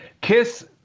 Kiss